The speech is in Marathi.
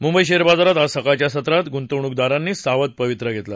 मुंबई शेअर बाजारात आज सकाळच्या सत्रात गुंतवणूकदारांनी सावध पवित्रा घेतला